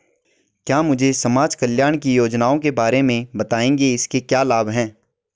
क्या मुझे समाज कल्याण की योजनाओं के बारे में बताएँगे इसके क्या लाभ हैं?